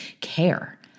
care